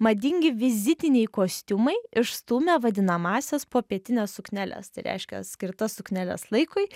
madingi vizitiniai kostiumai išstūmė vadinamąsias popietines sukneles tai reiškia skirtas sukneles laikui